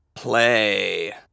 Play